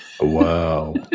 wow